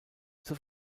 zur